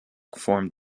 formed